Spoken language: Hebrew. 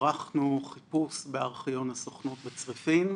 ערכנו חיפוש בארכיון הסוכנות בצריפין,